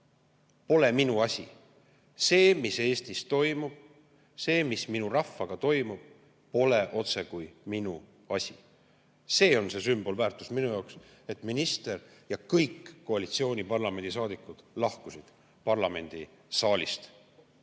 Pole minu asi see! See, mis Eestis toimub, see, mis minu rahvaga toimub, pole otsekui minu asi. See on sümboli [tähendusega] minu jaoks, et minister ja kõik koalitsiooni parlamendisaadikud lahkusid parlamendisaalist.